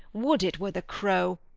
would it were the crow!